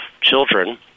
children